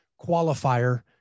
qualifier